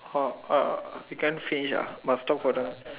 okay you can't finish ah must talk for the